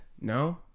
no